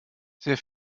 sehr